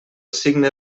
signe